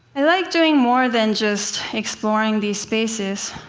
i like doing more than just exploring these spaces.